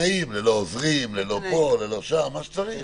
בתנאים, ללא עוזרים וכדו', מה שצריך.